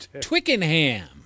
Twickenham